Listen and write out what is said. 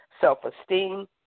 self-esteem